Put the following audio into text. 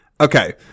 Okay